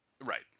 Right